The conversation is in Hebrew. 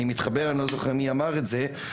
אני לא זוכר מי אמר את זה,